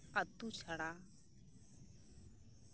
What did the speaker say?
ᱟᱛᱳ ᱪᱷᱟᱲᱟ